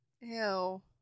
Ew